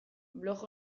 blog